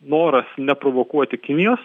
noras neprovokuoti kinijos